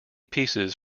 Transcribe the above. pieces